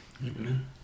Amen